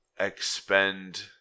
expend